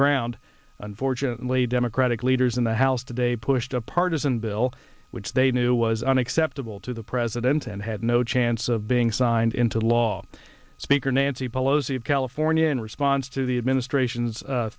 ground unfortunately democratic leaders in the house today pushed a partisan bill which they knew was unacceptable to the president and had no chance of being signed into law speaker nancy pelosi of california in response to the administration's